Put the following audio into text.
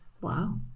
Wow